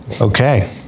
Okay